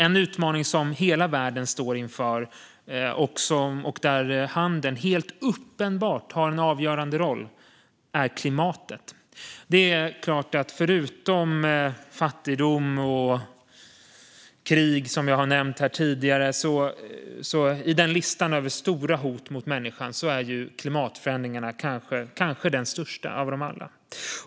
En utmaning som hela världen står inför och där handel helt uppenbart har en avgörande roll är klimatfrågan. Det är klart att i listan över stora hot mot människan är, förutom fattigdom och krig, klimatförändringarna det kanske största hotet av alla.